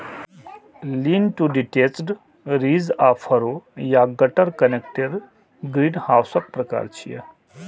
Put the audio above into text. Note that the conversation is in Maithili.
लीन टु डिटैच्ड, रिज आ फरो या गटर कनेक्टेड ग्रीनहाउसक प्रकार छियै